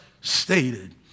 stated